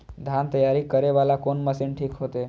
धान तैयारी करे वाला कोन मशीन ठीक होते?